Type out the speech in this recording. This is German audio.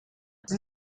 sie